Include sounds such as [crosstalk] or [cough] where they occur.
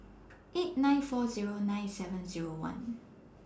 [noise] eight nine four Zero nine seven Zero one